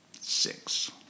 six